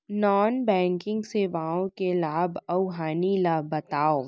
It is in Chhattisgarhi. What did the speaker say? नॉन बैंकिंग सेवाओं के लाभ अऊ हानि ला बतावव